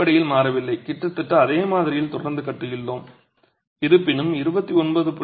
அடிப்படையில் மாறவில்லை கிட்டத்தட்ட அதே மாதிரியில் தொடர்ந்து கட்டியுள்ளோம் இருப்பினும் 29